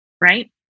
Right